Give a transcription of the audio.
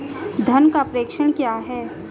धन का प्रेषण क्या है?